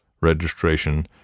registration